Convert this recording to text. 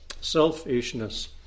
selfishness